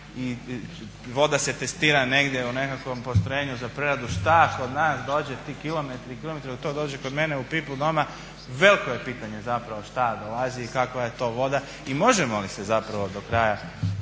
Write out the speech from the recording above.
i voda se testira negdje u nekakvom postrojenju za preradu. Šta kod nas dođe, ti kilometri i kilometri dok to dođe kod mene u pipu doma veliko je pitanje zapravo šta dolazi i kakva je to voda, i možemo li se zapravo do kraja